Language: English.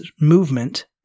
movement